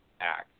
act